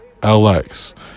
LX